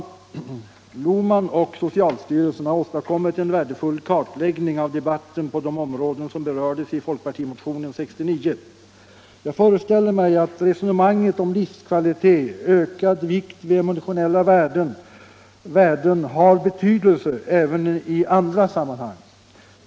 Hans Lohmann i socialstyrelsen har åstadkommit en värdefull kartläggning av debatten på de områden som berördes i folkpartimotionen år 1969. Jag föreställer mig att resonemanget om livskvalitet och ökad vikt vid emotionella värden har betydelse även i andra sammanhang.